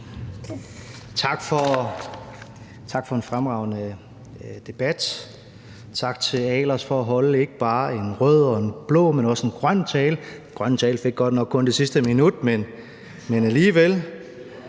Tak for en fremragende debat. Tak til Tommy Ahlers for at holde ikke bare en rød og en blå, men også en grøn tale – den grønne tale fik godt nok kun det sidste minut, men alligevel.